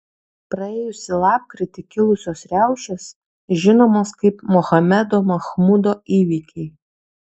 praėjusį lapkritį kilusios riaušės žinomos kaip mohamedo mahmudo įvykiai